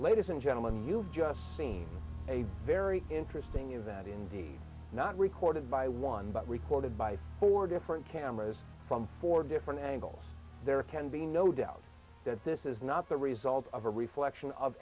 ladies and gentlemen you've just seen a very interesting event indeed not recorded by one but recorded by four different cameras from four different angles there can be no doubt that this is not the result of a reflection of